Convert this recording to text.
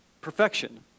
perfection